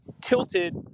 tilted